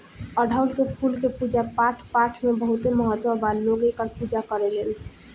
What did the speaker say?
अढ़ऊल के फूल के पूजा पाठपाठ में बहुत महत्व बा लोग एकर पूजा करेलेन